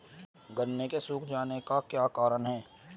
गन्ने के सूख जाने का क्या कारण है?